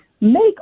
make